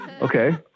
okay